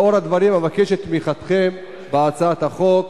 לאור הדברים אבקש את תמיכתכם בהצעת החוק.